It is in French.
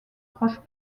proches